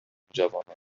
نوجوانان